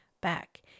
back